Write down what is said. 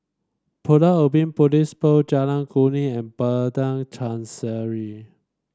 Pulau Ubin Police Post Jalan Kuning and Padang Chancery